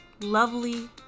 lovely